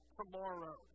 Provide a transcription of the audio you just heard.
tomorrow